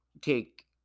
take